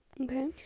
Okay